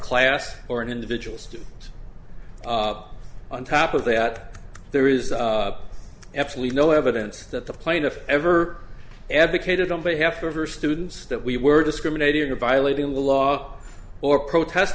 class or an individual's due on top of that there is absolutely no evidence that the plaintiff ever advocated on behalf of her students that we were discriminated and violating the law or protest